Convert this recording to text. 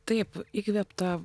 taip įkvėpta